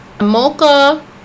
mocha